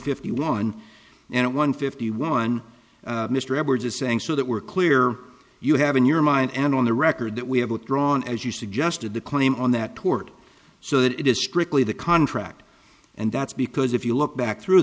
fifty one and one fifty one mr edwards is saying so that we're clear you have in your mind and on the record that we have withdrawn as you suggested the claim on that tort so that it is strictly the contract and that's because if you look back through